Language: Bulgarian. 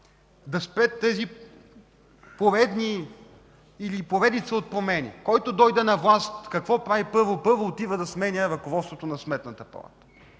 да спре тази поредица от промени – който дойде на власт, какво прави първо? Първо отива да сменя ръководството на Сметната палата.